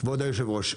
כבוד היו"ר,